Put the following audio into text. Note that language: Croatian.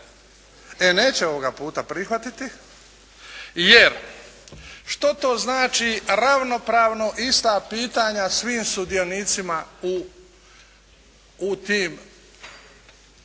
E neće ovoga puta prihvatiti, jer što to znači ravnopravno ista pitanja svim sudionicima u tim